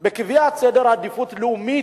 בקביעת סדר העדיפות הלאומי